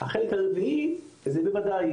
החלק הרביעי זה בוודאי,